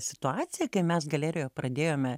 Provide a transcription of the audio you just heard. situacija kai mes galerijoj pradėjome